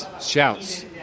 shouts